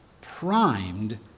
primed